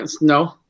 no